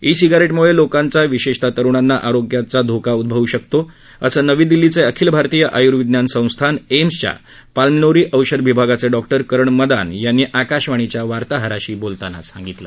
E सिगारेटमुळे लोकांचा विशेषत तरुणांना आरोग्याचा धोका उद्भवू शकतो असं नवी दिल्लीचे अखिल भारतीय आयुर्विज्ञान संस्थान एम्सच्या पल्मोनरी औषध विभागाचे डॉक्टर करण मदान यांनी आकाशवाणीच्या वार्ताहराशी बोलताना सांगितलं